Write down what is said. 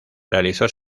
realizó